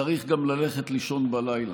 צריך גם ללכת לישון בלילה,